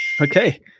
Okay